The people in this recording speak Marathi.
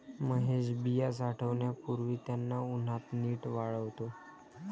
महेश बिया साठवण्यापूर्वी त्यांना उन्हात नीट वाळवतो